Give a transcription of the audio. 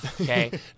Okay